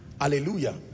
Hallelujah